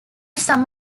some